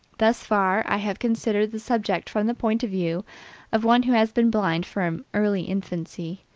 thus far, i have considered the subject from the point of view of one who has been blind from early infancy,